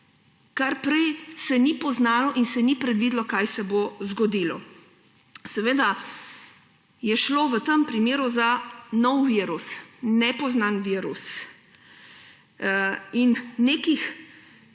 kar se ni poznalo in se ni predvidelo, kaj se bo zgodilo. Seveda je šlo v tem primeru za nov virus, nepoznan virus in nekih